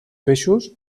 peixos